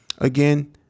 Again